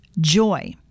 joy